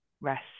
rest